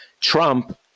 Trump